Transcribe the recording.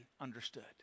understood